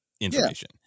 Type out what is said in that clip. information